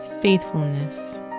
faithfulness